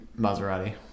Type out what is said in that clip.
Maserati